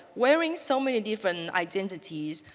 wearing so many different identities,